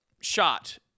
shot